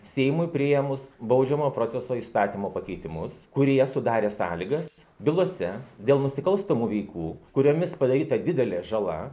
seimui priėmus baudžiamojo proceso įstatymo pakeitimus kurie sudarė sąlygas bylose dėl nusikalstamų veikų kuriomis padaryta didelė žala